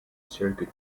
circuit